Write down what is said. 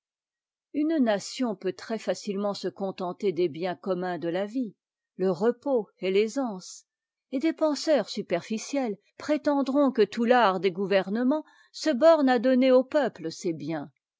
une nation peut très tacitement se contenter des biens communs de la vie le repos et t'aisance et des penseurs superficiels prétendront que tout l'art social se borne à donner au peuple ces biens